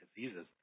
diseases